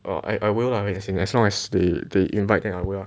I I will lah as in as long as they they invite then I will lah